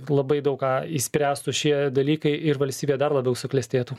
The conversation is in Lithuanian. labai daug ką išspręstų šie dalykai ir valstybė dar labiau suklestėtų